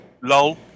Lol